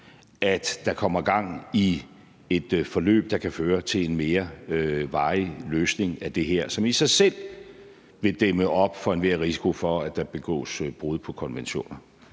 at der kommer gang i et forløb, der kan føre til en mere varig løsning af det her, som i sig selv vil dæmme op for enhver risiko for, at der begås brud på konventioner.